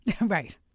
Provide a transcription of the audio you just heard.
Right